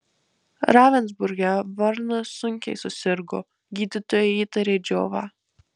ravensburge varnas sunkiai susirgo gydytojai įtarė džiovą